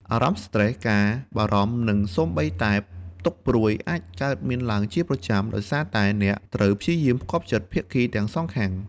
អារម្មណ៍ស្ត្រេស ការបារម្ភ និងសូម្បីតែទុក្ខព្រួយអាចកើតមានឡើងជាប្រចាំ ដោយសារតែអ្នកត្រូវព្យាយាមផ្គាប់ចិត្តភាគីទាំងសងខាង។